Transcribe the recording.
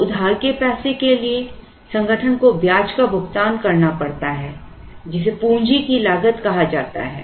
तो उधार के पैसे के लिए संगठन को ब्याज का भुगतान करना पड़ता है जिसे पूंजी की लागत कहा जाता है